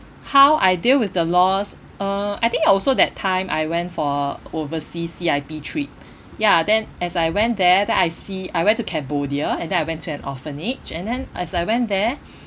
how I deal with the loss uh I think also that time I went for overseas C_I_P trip ya then as I went there then I see I went to Cambodia and then I went to an orphanage and then as I went there